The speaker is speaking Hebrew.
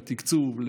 לתקצוב,